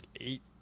eight